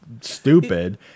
stupid